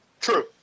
True